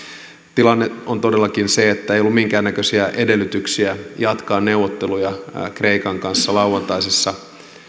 tilanne on todellakin se että ei ollut minkäännäköisiä edellytyksiä jatkaa neuvotteluja kreikan kanssa lauantaisessa